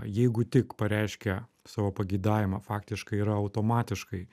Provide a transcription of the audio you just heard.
jeigu tik pareiškia savo pageidavimą faktiškai yra automatiškai